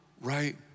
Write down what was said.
right